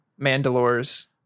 Mandalore's